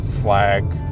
flag